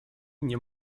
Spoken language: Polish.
nie